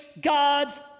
God's